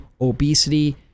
obesity